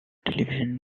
television